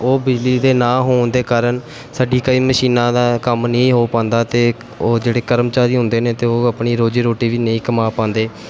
ਉਹ ਬਿਜਲੀ ਦੇ ਨਾ ਹੋਣ ਦੇ ਕਾਰਨ ਸਾਡੀ ਕਈ ਮਸ਼ੀਨਾਂ ਦਾ ਕੰਮ ਨਹੀਂ ਹੋ ਪਾਉਂਦਾ ਅਤੇ ਉਹ ਜਿਹੜੇ ਕਰਮਚਾਰੀ ਹੁੰਦੇ ਨੇ ਅਤੇ ਉਹ ਆਪਣੀ ਰੋਜ਼ੀ ਰੋਟੀ ਵੀ ਨਹੀਂ ਕਮਾ ਪਾਉਂਦੇ